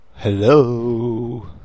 Hello